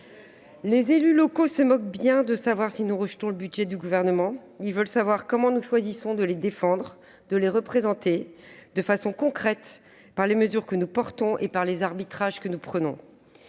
Les élus locaux se moquent bien de savoir si nous rejetons le budget du Gouvernement. Ils veulent savoir comment nous choisissons de les défendre et de les représenter, de façon concrète, par les mesures que nous portons et par les arbitrages que nous prenons.